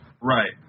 right